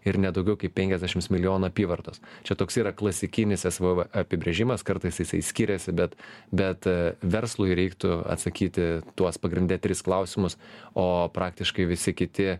ir ne daugiau kaip penkiasdešims milijonų apyvartos čia toksai yra klasikinis svv apibrėžimas kartais jisai skiriasi bet bet verslui reiktų atsakyti tuos pagrinde tris klausimus o praktiškai visi kiti